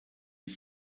ich